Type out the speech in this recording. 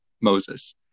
Moses